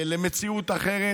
למציאות אחרת,